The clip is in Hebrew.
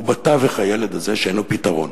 ובתווך הילד הזה, שאין לו פתרון.